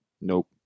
Nope